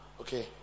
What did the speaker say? Okay